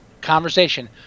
conversation